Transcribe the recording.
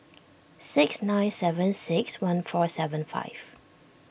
six nine seven six one four seven five